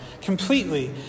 completely